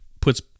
puts